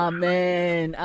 Amen